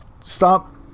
stop